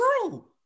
true